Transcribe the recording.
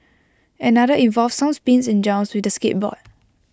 another involved some spins and jumps with the skateboard